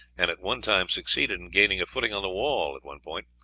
and at one time succeeded in gaining a footing on the wall at one point,